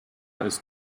ist